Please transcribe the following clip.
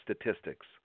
statistics